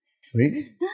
Sweet